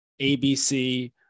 abc